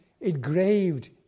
engraved